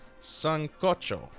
Sancocho